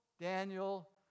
Daniel